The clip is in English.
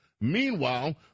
Meanwhile